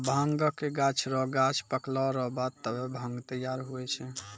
भांगक गाछ रो गांछ पकला रो बाद तबै भांग तैयार हुवै छै